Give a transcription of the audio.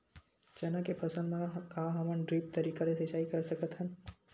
चना के फसल म का हमन ड्रिप तरीका ले सिचाई कर सकत हन?